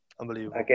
Unbelievable